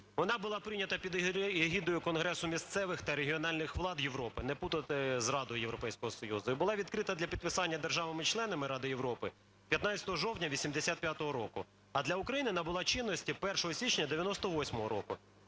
вона була прийнята під егідою Конгресу місцевих та регіональних влад Європи, не плутати з Радою Європейського Союзу. І була відкрита для підписання державами-членами Ради Європи 15 жовтня 85-го року, а для України набула чинності 1 січня 1998 року.